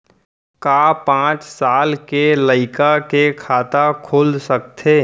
का पाँच साल के लइका के खाता खुल सकथे?